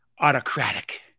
autocratic